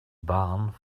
barn